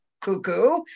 cuckoo